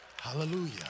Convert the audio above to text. Hallelujah